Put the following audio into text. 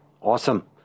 awesome